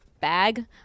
bag